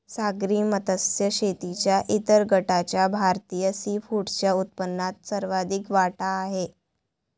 सागरी मत्स्य शेतीच्या इतर गटाचा भारतीय सीफूडच्या उत्पन्नात सर्वाधिक वाटा आहे